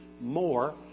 more